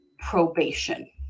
probation